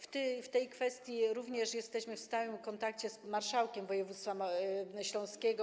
W tej kwestii również jesteśmy w stałym kontakcie z marszałkiem województwa śląskiego.